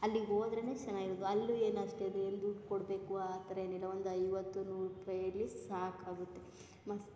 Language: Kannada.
ಅಲ್ಲಿಗೋದ್ರೆ ಚೆನ್ನಾಗಿರೋದು ಅಲ್ಲು ಏನು ಅಷ್ಟು ಅದೇನು ದುಡ್ಡು ಕೊಡಬೇಕು ಆ ಥರ ಏನಿಲ್ಲ ಒಂದು ಐವತ್ತು ನೂರು ರುಪಾಯಲ್ಲಿ ಸಾಕಾಗುತ್ತೆ ಮಸ್ತು